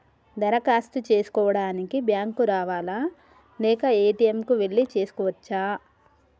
దరఖాస్తు చేసుకోవడానికి బ్యాంక్ కు రావాలా లేక ఏ.టి.ఎమ్ కు వెళ్లి చేసుకోవచ్చా?